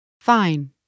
Fine